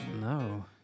No